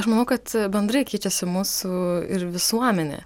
aš manau kad bendrai keičiasi mūsų ir visuomenė